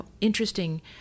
interesting